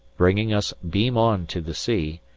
bringing us beam on to the sea,